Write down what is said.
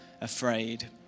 afraid